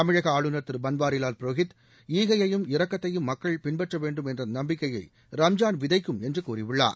தமிழக ஆளுநர் திரு பன்வாரிவால் புரோகித் ஈகையையும் இரக்கத்தையும் மக்கள் பின்பற்ற வேண்டும் என்ற நம்பிக்கையை ரம்ஜான் விதைக்கும் என்று கூறியுள்ளார்